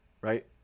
right